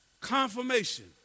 Confirmation